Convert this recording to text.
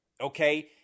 okay